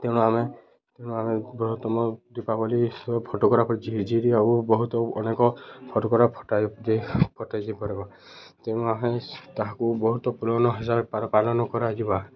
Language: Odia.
ତେଣୁ ଆମେ ତେଣୁ ଆମେ ବୃହତ୍ତମ ଦୀପାବଳି ଫଟକରା ଝିରିଝିରି ଆଉ ବହୁତ୍ ଅନେକ୍ ଫଟକରା ଫଟେଇ କରିବା ତେଣୁ ଆମେ ତାହାକୁ ବହୁତ୍ ପୁୁରୁଣା ହିସାବରେ ପାଳନ କରାଯିବା